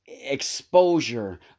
exposure